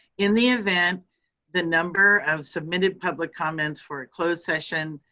in the event the number of submitted public comments for a closed session,